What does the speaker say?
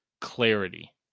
clarity